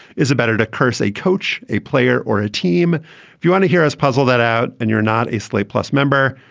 is it better to curse a coach, a player or a team? if you want to hear us puzzle that out and you're not a slate plus member,